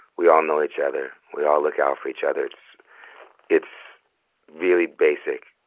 we all know each other. we all look out for each other. it's it's really basic.